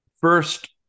first